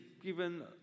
Given